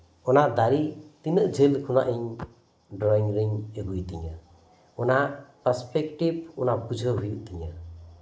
ᱚᱱᱟ ᱫᱟᱨᱮ ᱛᱤᱱᱟᱹᱜ ᱡᱷᱟᱹᱞ ᱠᱷᱚᱱᱟᱜ ᱰᱨᱚᱭᱤᱝ ᱨᱤᱧ ᱟᱜᱩᱭ ᱛᱤᱧᱟᱹ ᱚᱱᱟ ᱯᱟᱥᱯᱮᱠᱴᱤᱵ ᱚᱱᱟ ᱵᱩᱡᱷᱟᱹᱣ ᱦᱩᱭᱩᱜ ᱛᱤᱧᱟᱹ